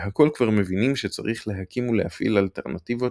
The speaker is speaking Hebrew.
והכל כבר מבינים שצריך להקים ולהפעיל אלטרנטיבות